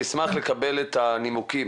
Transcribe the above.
אני אשמח לקבל את הנימוקים.